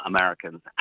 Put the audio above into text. Americans